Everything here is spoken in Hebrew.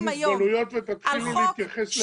למוגבלויות, ותתחילו להתייחס לאדם.